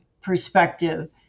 perspective